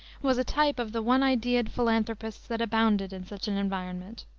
was a type of the one-idead philanthropists that abounded in such an environment.